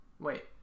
Wait